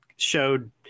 showed